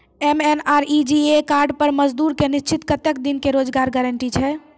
MNREGA card पर मजदुर के निश्चित कत्तेक दिन के रोजगार गारंटी छै?